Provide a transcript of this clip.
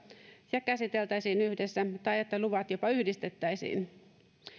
ja käsiteltäisiin yhdessä tai että luvat jopa yhdistettäisiin